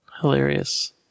Hilarious